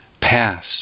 pass